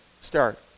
start